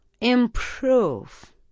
improve